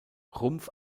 rumpf